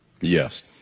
Yes